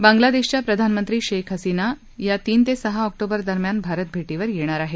बांगलादेशच्या प्रधानमंत्री शेख हसिना या तीन ते सहा ऑक्टोबर दरम्यान भारत भेटीवर येणार आहेत